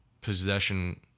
possession